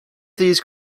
these